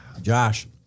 Josh